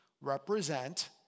represent